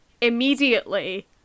immediately